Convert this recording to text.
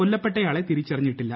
കൊല്ലപ്പെട്ടയാളെ തിരിച്ചറിഞ്ഞിട്ടില്ല